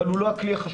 אבל הוא לא הכלי החשוב,